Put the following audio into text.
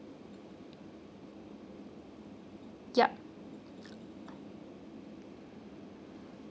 yup